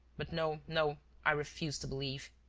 but no, no, i refuse to believe.